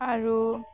আৰু